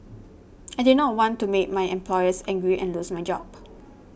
I did not want to make my employers angry and lose my job